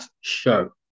show